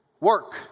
work